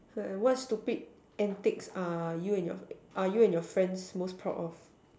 sorry what stupid antics are you and your friends most proud of